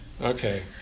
Okay